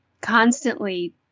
constantly